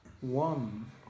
one